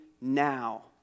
now